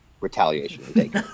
retaliation